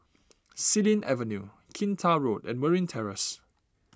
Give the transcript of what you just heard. Xilin Avenue Kinta Road and Marine Terrace